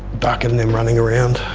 duck and them running around